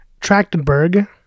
Trachtenberg